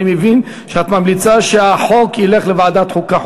אני מבין שאת ממליצה שהחוק ילך לוועדת החוקה,